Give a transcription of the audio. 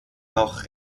noch